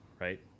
Right